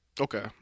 Okay